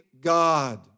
God